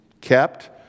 kept